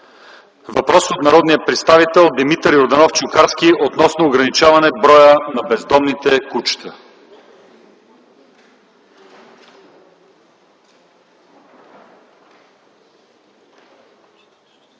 Въпрос от народния представител Димитър Йорданов Чукарски относно ограничаване броя на бездомните кучета.